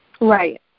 Right